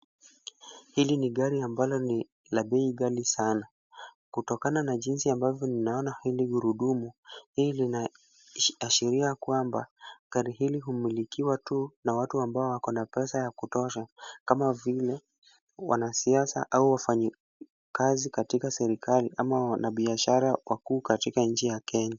Hili ni gari ambalo ni la bei ghali sana kutokana na jinsi ambavyo ninaona hili gurudumu hii linaashiria kwamba gari hili humilikiwa tu na watu ambao wako na pesa ya kutosha kama vile wanasiasa au wafanyikazi katika serikali ama wanabiashara wakuu katika nchi ya Kenya.